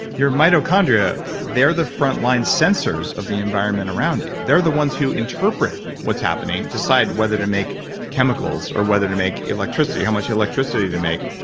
your mitochondria, they're the front line sensors of the environment around you. they're the ones who interpret what's happening, decide whether to make chemicals, or whether to make electricity, how much electricity to make.